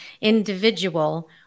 individual